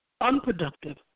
unproductive